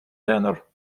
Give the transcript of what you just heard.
тенор